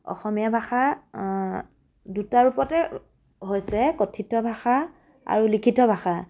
অসমীয়া ভাষা দুটা ৰূপতে হৈছে কথিত ভাষা আৰু লিখিত ভাষা